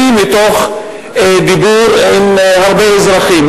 מתוך דיבור עם הרבה אזרחים,